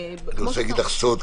אני רוצה להגיד לך סוד,